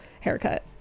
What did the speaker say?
haircut